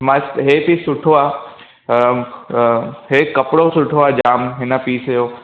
मस्तु इहो पीस सुठो आहे इहो कपिड़ो सुठो आहे जाम हिन पीस जो